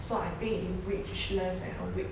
so I think it reached less than a week